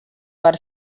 per